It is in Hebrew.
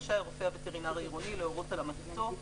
רשאי הרופא הווטרינר העירוני להורות על המתתו,